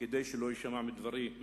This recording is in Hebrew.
כדי שלא יישמע מדברי,